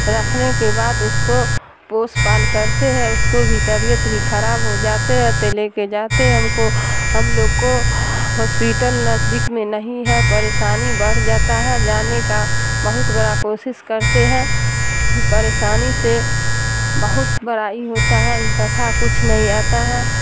رکھنے کے بعد اس کو پوس پال کرتے ہیں اس کو بھی طبیعت بھی خراب ہو جاتے ہے تو کے جاتے ہم کو ہم لوگ کو ہاسپیٹل نزدیک میں نہیں ہے پریشانی بڑھ جاتا ہے جانے کا بہت بڑا کوشش کرتے ہیں پریشانی سے بہت بڑا یہ ہوتا ہے انتفعہ کچھ نہیں آتا ہے